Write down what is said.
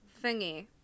thingy